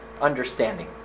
understanding